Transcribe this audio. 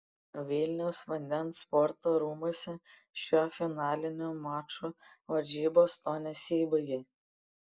vilniaus vandens sporto rūmuose šiuo finaliniu maču varžybos tuo nesibaigė